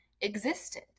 existed